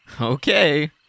Okay